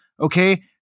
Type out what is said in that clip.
Okay